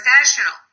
professional